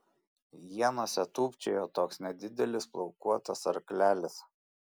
ienose tūpčiojo toks nedidelis plaukuotas arklelis